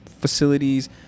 facilities